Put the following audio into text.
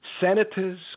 senators